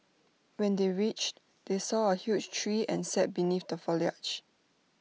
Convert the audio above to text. when they reached they saw A huge tree and sat beneath the foliage